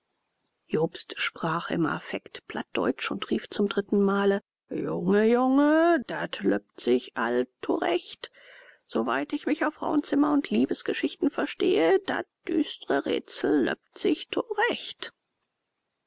jobst sprach im affekt plattdeutsch und rief zum dritten male junge junge datt löppt sich all torecht soweit ich mich auf frauenzimmer und liebesgeschichten verstehe datt düstre rätsel löppt sich torecht